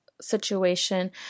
situation